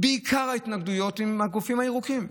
עיקר ההתנגדויות הן מהגופים הירוקים.